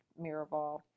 Miraval